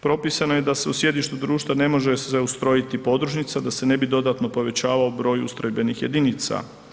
Propisano je da se u sjedištu društva ne može se ustrojiti podružnica da se ne bi dodatno povećavao broj ustrojbenih jedinica.